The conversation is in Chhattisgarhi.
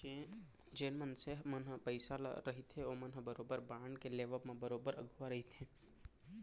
जेन मनसे मन ह पइसा वाले रहिथे ओमन ह बरोबर बांड के लेवब म बरोबर अघुवा रहिथे